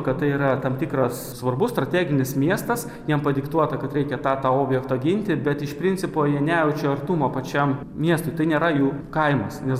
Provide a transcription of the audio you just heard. kad tai yra tam tikras svarbus strateginis miestas jiem padiktuota kad reikia tą tą objektą ginti bet iš principo jie nejaučia artumo pačiam miestui tai nėra jų kaimas nes